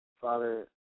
Father